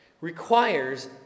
requires